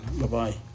Bye-bye